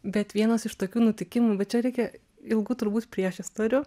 bet vienas iš tokių nutikimų va čia reikia ilgų turbūt priešistorių